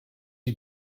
you